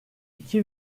iki